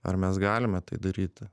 ar mes galime tai daryti